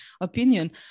opinion